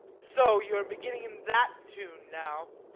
so, you are beginning in that tune now.